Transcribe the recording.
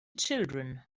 children